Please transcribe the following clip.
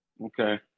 Okay